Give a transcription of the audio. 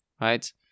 right